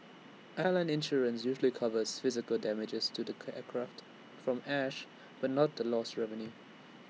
airline insurance usually covers physical damage to the aircraft from ash but not the lost revenue